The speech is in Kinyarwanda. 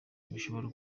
ntishobora